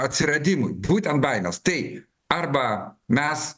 atsiradimui būtent baimės tai arba mes